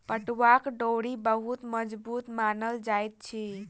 पटुआक डोरी बहुत मजबूत मानल जाइत अछि